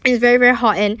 it's very very hot and